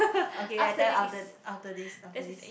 uh okay I tell you after after this after this